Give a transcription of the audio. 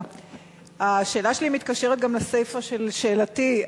השאלה שלי מתקשרת גם לסיפא של שאלתי,